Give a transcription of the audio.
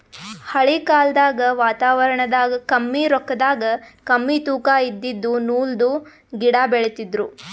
ಹಳಿ ಕಾಲ್ದಗ್ ವಾತಾವರಣದಾಗ ಕಮ್ಮಿ ರೊಕ್ಕದಾಗ್ ಕಮ್ಮಿ ತೂಕಾ ಇದಿದ್ದು ನೂಲ್ದು ಗಿಡಾ ಬೆಳಿತಿದ್ರು